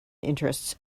interests